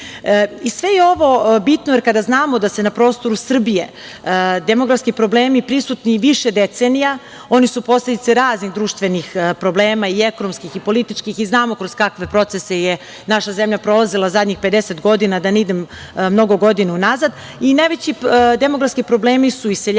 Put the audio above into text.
je ovo bitno, jer kada znamo da su na prostoru Srbije demografski problemi prisutni više decenija, oni su posledica raznih društvenih problema ekonomskih, političkih i znamo kroz kakve procese je naša zemlja prolazila zadnjih 50 godina, da ne idem mnogo godina unazad, i najveći demografski problemi su iseljavanje,